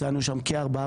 מצאנו שם כ-TCF4.5.